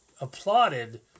applauded